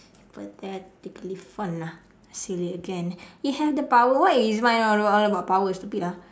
hypothetically fun ah silly again you have the power why is mine all about all about power stupid lah